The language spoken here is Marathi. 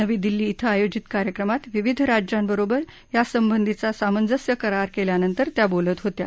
नवी दिल्ली इथं आयोजित कार्यक्रमात विविध राज्यांबरोबर या संबंधीचा सामंजस्य करार केल्यानंतर त्या बोलत होत्या